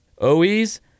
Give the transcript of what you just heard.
OE's